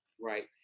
Right